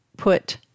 put